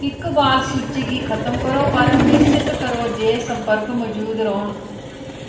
किकबाल सूची गी खत्म करो पर निश्चत करो जे संपर्क मौजूद रौह्न